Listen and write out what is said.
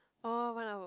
orh one hour